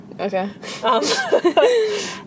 Okay